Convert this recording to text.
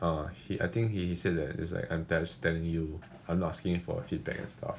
err he I think he he said that it's like I'm I'm telling you I'm not asking you for feedback and stuff